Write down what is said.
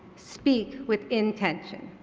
speak with intention.